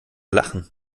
lachen